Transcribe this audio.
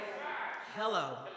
Hello